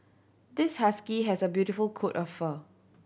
this husky has a beautiful coat of fur